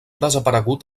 desaparegut